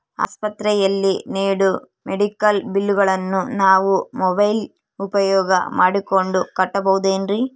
ಆಸ್ಪತ್ರೆಯಲ್ಲಿ ನೇಡೋ ಮೆಡಿಕಲ್ ಬಿಲ್ಲುಗಳನ್ನು ನಾವು ಮೋಬ್ಯೆಲ್ ಉಪಯೋಗ ಮಾಡಿಕೊಂಡು ಕಟ್ಟಬಹುದೇನ್ರಿ?